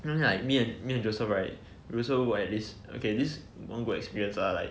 you know like me and joseph right we also work at this okay this one good experience lah like